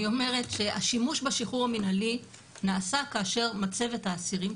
אני אומרת שהשימוש בשחרור המנהלי נעשה כאשר מצבת האסירים,